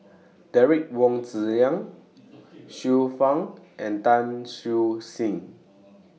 Derek Wong Zi Liang Xiu Fang and Tan Siew Sin